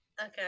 Okay